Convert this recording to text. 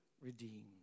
redeemed